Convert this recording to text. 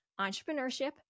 Entrepreneurship